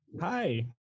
Hi